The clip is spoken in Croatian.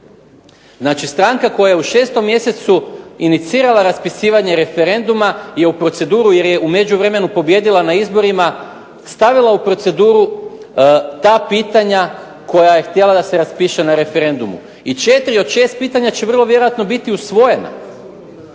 Znači stranka koja je u 6. mjesecu inicirala raspisivanje referenduma je u proceduru, jer je u međuvremenu pobijedila na izborima, stavila u proceduru ta pitanja koja je htjela da se raspiše na referendumu, i četiri od šest pitanja će vrlo vjerojatno biti usvojena.